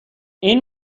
این